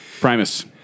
Primus